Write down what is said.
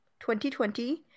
2020